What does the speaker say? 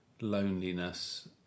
loneliness